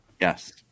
Yes